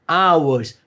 hours